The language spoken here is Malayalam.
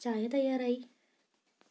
ചായ തയ്യാറായി